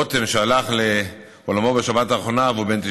רותם, שהלך לעולמו בשבת האחרונה והוא בן 94,